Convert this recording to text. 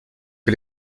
que